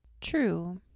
True